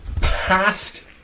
Past